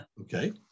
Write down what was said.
Okay